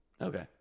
Okay